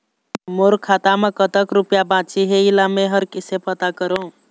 मोर खाता म कतक रुपया बांचे हे, इला मैं हर कैसे पता करों?